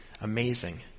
amazing